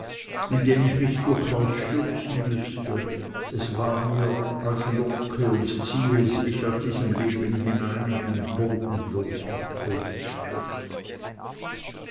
in den ich mich durchaus stürzen müßte es war mir als locke und ziehe es mich aus diesem leben hinein in den bodenlosen